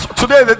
today